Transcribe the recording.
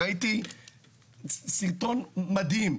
ראיתי סרטון מדהים.